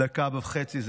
דקה וחצי.